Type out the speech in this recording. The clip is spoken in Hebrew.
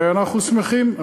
ואנחנו שמחים,